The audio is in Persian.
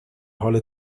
حال